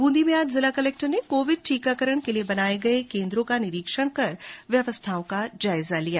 बूंदी मे आज जिला कलेक्टर ने कोविड टीकाकरण के लिये बनाये गये केन्द्रों का निरीक्षण कर व्यवस्थाओं का जायजा लिया